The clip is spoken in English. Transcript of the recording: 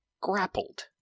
grappled